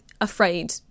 afraid